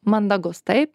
mandagus taip